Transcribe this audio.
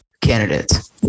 candidates